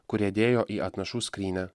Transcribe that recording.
kurie dėjo į atnašų skrynią